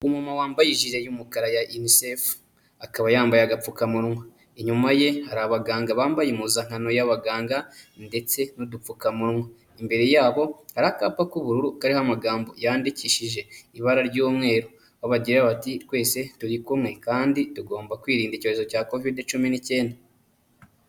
Umumama wambaye ijiri y'umukara ya UNICEF, akaba yambaye agapfukamunwa. Inyuma ye hari abaganga bambaye impuzankano y'abaganga ndetse n'udupfukamunwa, imbere yabo hari akapa k'ubururu kariho amagambo yandikishije ibara ry'umweru aho bagira bati: twese turi kumwe kandi tugomba kwirinda icyorezo cya Kovide cumi n'icyenda.